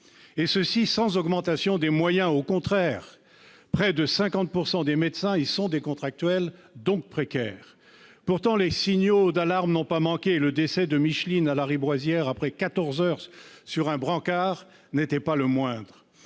tout cela sans augmentation de moyens, au contraire. Près de 50 % des médecins exerçant aux urgences sont contractuels, donc précaires. Pourtant, les signaux d'alarme n'ont pas manqué. Le décès de Micheline à Lariboisière après 14 heures sur un brancard n'était pas le moindre